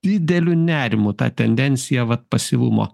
dideliu nerimu tą tendenciją vat pasyvumo